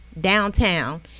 downtown